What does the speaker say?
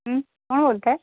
कोण बोलत आहे